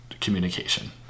communication